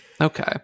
Okay